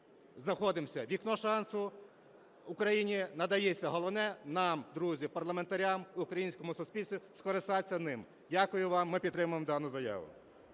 знаходимося. Вікно шансу Україні надається, головне нам, друзі, парламентарям, українському суспільству скористатися ним. Дякую вам. Ми підтримуємо дану заяву.